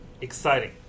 exciting